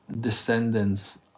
descendants